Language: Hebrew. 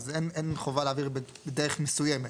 אז אין חובה להעביר בדרך מסוימת,